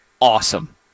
awesome